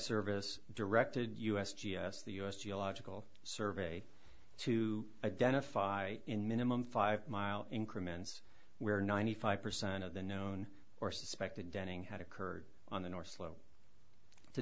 service directed us g s the us geological survey to identify in minimum five mile increment where ninety five percent of the known or suspected denning had occurred on the north slope to